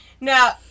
Now